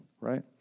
right